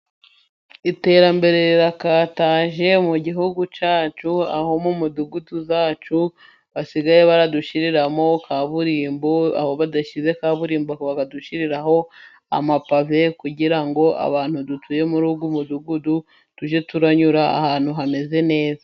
Iterambere rirakataje mu gihugu cyacu, aho mu midugudu yacu basigaye badushyiriramo kaburimbo, aho badashyize kaburimbo bakadushyiriraho amapave, kugira ngo abantu dutuye muri uwo mudugudu tujye tunyura ahantu hameze neza.